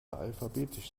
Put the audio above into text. alphabetisch